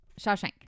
Shawshank